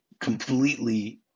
completely